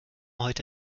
heute